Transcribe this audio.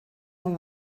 who